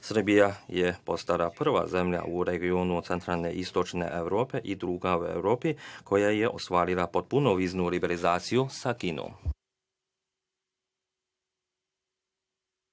Srbija je postala prva zemlja u regionu centralne i istočne Evrope koja je ostvarila potpunu viznu liberalizaciju sa Kinom.